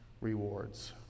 rewards